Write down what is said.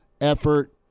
effort